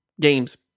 games